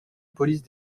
police